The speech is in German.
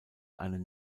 einen